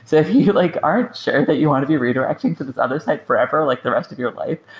so if you you like aren't sure that you want to be redirecting for this other site forever like the rest of your life,